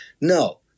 No